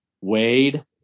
wade